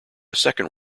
second